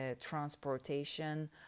transportation